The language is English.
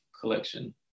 collection